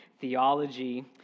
theology